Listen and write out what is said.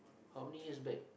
how many years back